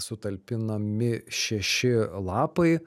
sutalpinami šeši lapai